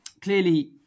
Clearly